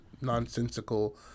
nonsensical